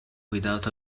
without